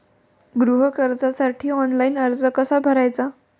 गृह कर्जासाठी ऑनलाइन अर्ज कसा भरायचा?